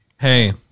Hey